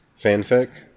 fanfic